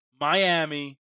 Miami